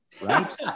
Right